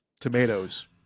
tomatoes